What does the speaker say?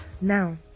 Now